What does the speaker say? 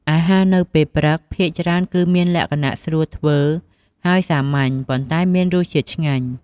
អាហារនៅពេលព្រឹកភាគច្រើន គឺមានលក្ខណៈ ស្រួលធ្វើ ហើយសាមញ្ញ ប៉ុន្តែមានរសជាតិឆ្ងាញ់។